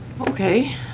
Okay